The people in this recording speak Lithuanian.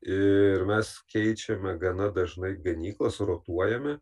ir mes keičiame gana dažnai ganyklas rotuojame